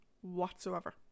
whatsoever